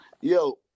Yo